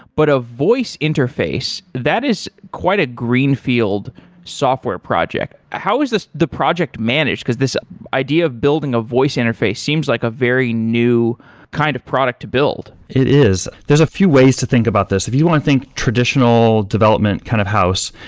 but a voice interface, that is quite a greenfield software project. how is this the project managed, because this idea of building a voice interface seems like a very new kind of product to build? it is. there's a few ways to think about this. if you want to think traditional development kind of house,